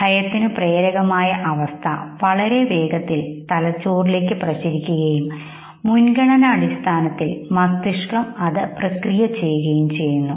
ഭയത്തിനു പ്രേരകമായ അവസ്ഥ വളരെ വേഗത്തിൽ തലച്ചോറിലേക്ക് പ്രചരിപ്പിക്കുകയും മുൻഗണനാടിസ്ഥാനത്തിൽ മസ്തിഷ്കം അത് പ്രക്രിയ ചെയ്യുകയും ചെയ്യുന്നു